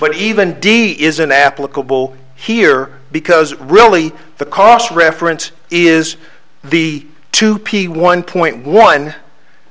but even d isn't applicable here because really the cos reference is the two p one point one